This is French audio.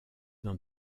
dans